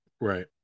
Right